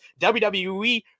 WWE